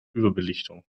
überbelichtung